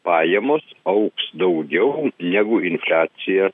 pajamos augs daugiau negu infliacija